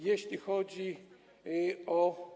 Jeśli chodzi o.